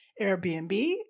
Airbnb